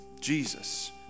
Jesus